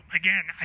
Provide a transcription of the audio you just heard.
again